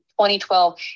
2012